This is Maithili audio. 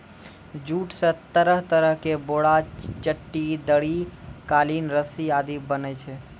जूट स तरह तरह के बोरा, चट्टी, दरी, कालीन, रस्सी आदि बनै छै